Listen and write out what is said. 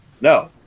No